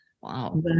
wow